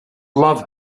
love